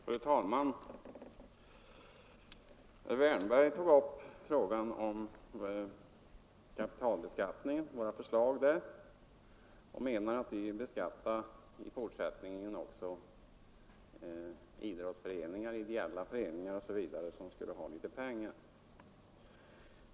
Fru talman! Herr Wärnberg tog upp våra förslag om kapitalbeskattningen och menade att vi i fortsättningen vill beskatta också idrottsföreningar, ideella föreningar osv., om de har litet pengar.